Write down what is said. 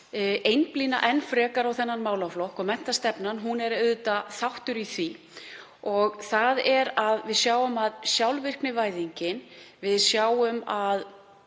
einblína enn frekar á þennan málaflokk, og menntastefnan er auðvitað þáttur í því, og það er að við sjáum sjálfvirknivæðingu og við sjáum að